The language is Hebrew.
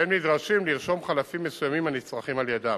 והם נדרשים לרשום חלפים מסוימים הנצרכים על-ידם.